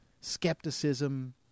skepticism